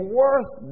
worse